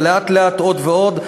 ולאט-לאט עוד ועוד.